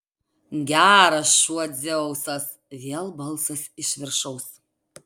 geras šuo dzeusas vėl balsas iš viršaus